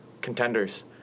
contenders